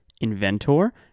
inventor